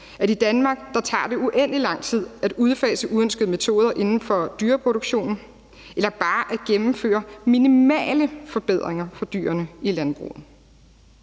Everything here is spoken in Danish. at i Danmark tager det uendelig lang tid at udfase uønskede metoder inden for dyreproduktionen eller bare at gennemføre minimale forbedringer for dyrene i landbruget.